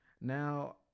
Now